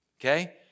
okay